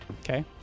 Okay